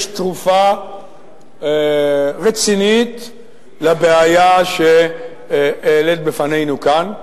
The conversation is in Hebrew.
יש תרופה רצינית לבעיה שהעלית בפנינו כאן.